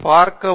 பார்க்கவும்